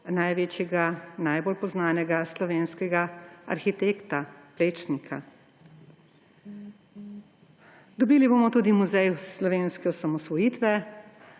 največjega, najbolj poznanega slovenskega arhitekta, Plečnika. Dobili bomo tudi Muzej slovenske osamosvojitve.